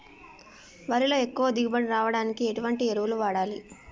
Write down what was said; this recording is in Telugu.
వరిలో ఎక్కువ దిగుబడి రావడానికి ఎటువంటి ఎరువులు వాడాలి?